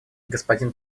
господин